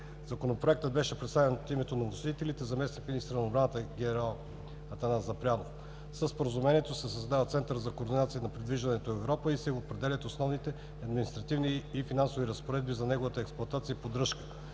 Законопроектът беше представен от името на вносителите от заместник-министъра на отбраната ген. Атанас Запрянов. Със Споразумението се създава Център за координация на придвижването „Европа“ и се определят основните административни и финансови разпоредби за неговата експлоатация и поддръжка.